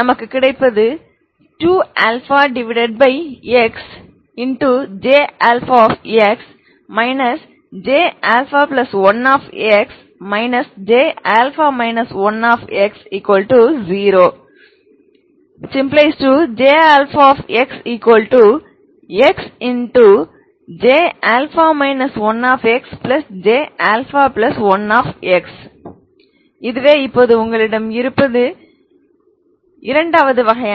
நமக்குக் கிடைப்பது 2αxJ x Jα1x Jα 1x0 ⇒ J xxJα 1xJα1x இதுவே உங்களிடம் இருப்பது இது இரண்டாவது வகை